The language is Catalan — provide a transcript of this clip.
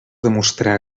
demostrà